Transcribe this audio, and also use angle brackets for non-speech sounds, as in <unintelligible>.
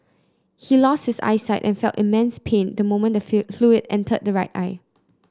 he lost his eyesight and felt immense pain the moment the <unintelligible> fluid entered his right eye